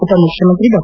ಉಪಮುಖ್ಯಮಂತ್ರಿ ಡಾ